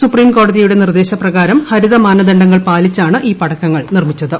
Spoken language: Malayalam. സുപ്രീംകോടതിയുടെ നിർദ്ദേശപ്രകാരം ഹരിത മാനദണ്ഡങ്ങൾ പാലിച്ചാണ് ഈ പടക്കങ്ങൾ നിർമ്മിച്ചത്